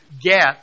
get